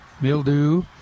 mildew